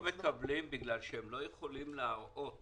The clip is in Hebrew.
לא מקבלים בגלל שהם לא יכולים להראות